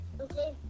Okay